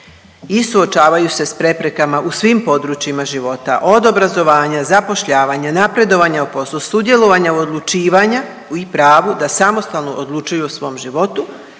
i suočavaju se sa preprekama u svim područjima života od obrazovanja, zapošljavanja, napredovanja u poslu, sudjelovanja u odlučivanju i pravu da samostalno odlučuju o svom životu,